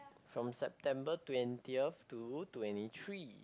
from September twentieth to twenty three